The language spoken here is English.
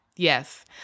Yes